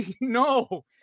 No